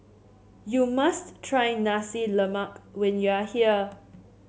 you must try Nasi Lemak when you are here